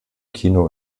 kino